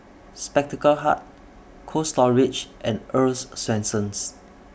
Spectacle Hut Cold Storage and Earl's Swensens